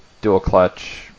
dual-clutch